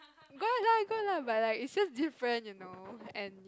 got lah got lah but like it's just different you know and